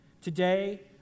Today